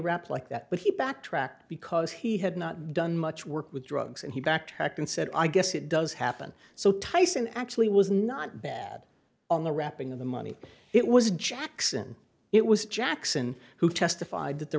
rap like that but he backtracked because he had not done much work with drugs and he backtracked and said i guess it does happen so tyson actually was not bad on the wrapping of the money it was jackson it was jackson who testified that the